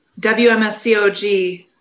WMSCOG